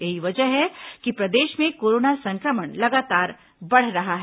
यही वजह है कि प्रदेश में कोरोना संक्रमण लगातार बढ़ रहा है